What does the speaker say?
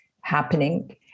happening